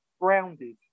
grounded